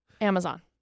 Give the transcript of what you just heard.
Amazon